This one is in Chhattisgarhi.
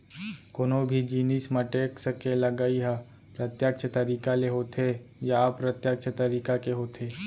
कोनो भी जिनिस म टेक्स के लगई ह प्रत्यक्छ तरीका ले होथे या अप्रत्यक्छ तरीका के होथे